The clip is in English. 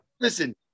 Listen